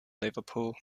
liverpool